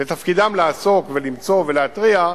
זה תפקידם לעסוק ולמצוא ולהתריע,